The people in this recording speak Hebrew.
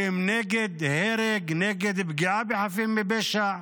שהם נגד הרג, נגד פגיעה בחפים מפשע,